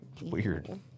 Weird